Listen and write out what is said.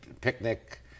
picnic